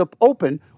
open